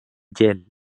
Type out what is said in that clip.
gel